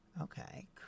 Okay